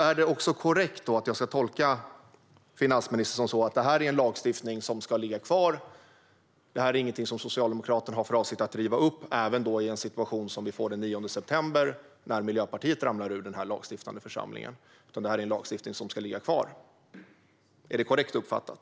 Är det korrekt att jag ska tolka finansministern som att det är en lagstiftning som ska ligga kvar? Det är ingenting som Socialdemokraterna har för avsikt att riva upp även i en situation som vi får den 9 september, när Miljöpartiet ramlar ur den lagstiftande församlingen, utan det är en lagstiftning som ska ligga kvar. Är det korrekt uppfattat?